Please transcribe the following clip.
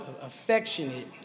affectionate